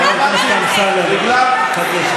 חבר הכנסת אמסלם, חכה שנייה.